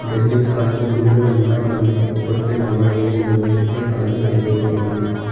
debit card PIN number మనం తప్పు కొట్టి లావాదేవీ నిర్వహిస్తే కార్డు బ్లాక్ అయిపోతుంది